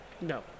No